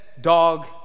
dog